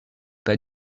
pas